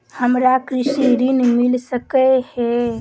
हमरा कृषि ऋण मिल सकै है?